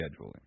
scheduling